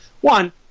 One